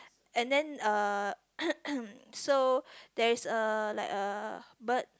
and then uh so there is uh like a bird